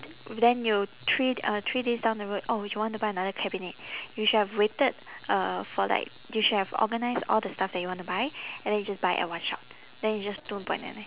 then you three uh three days down the road oh would you want to buy another cabinet you should have waited uh for like you should have organised all the stuff that you want to buy and then you just buy it at one shot then it's just two point nine nine